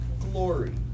glory